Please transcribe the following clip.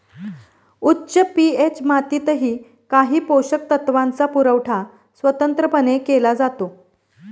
उच्च पी.एच मातीतही काही पोषक तत्वांचा पुरवठा स्वतंत्रपणे केला जातो